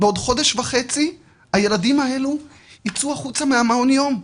בעוד חודש וחצי הילדים האלה יצאו החוצה מהמעון יום.